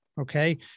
okay